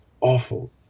awful